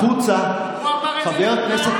חבר הכנסת